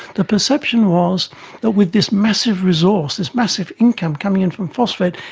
the perception was that with this massive resource, this massive income coming in from phosphate,